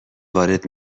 وارد